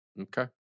Okay